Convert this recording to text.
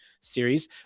series